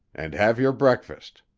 and have your breakfast.